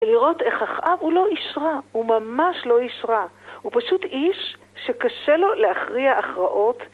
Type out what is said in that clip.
ולראות איך אחאב הוא לא איש רע, הוא ממש לא איש רע, הוא פשוט איש שקשה לו להכריע הכרעות.